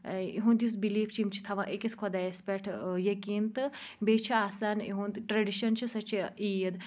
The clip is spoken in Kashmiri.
یِہُنٛد یُس بِلیٖف چھِ یِم چھِ تھاوان أکِس خۄدایَس پؠٹھ یقیٖن تہٕ بیٚیہِ چھِ آسان یُہُنٛد ٹرٛڈِشَن چھِ سۄ چھِ عیٖد